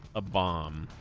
a bomb